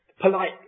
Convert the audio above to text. polite